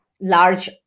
large